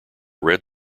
red